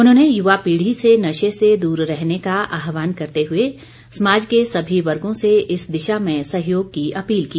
उन्होंने युवा पीढ़ी से नशे से दूर रहने का आहवान करते हुए समाज के सभी वर्गों से इस दिशा में सहयोग की अपील की